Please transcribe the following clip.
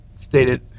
stated